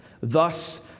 thus